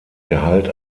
gehalt